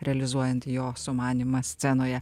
realizuojant jo sumanymą scenoje